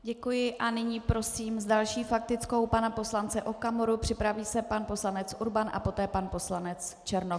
Děkuji a nyní prosím s další faktickou pana poslance Okamuru, připraví se pan poslanec Urban a poté pan poslanec Černoch.